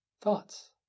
thoughts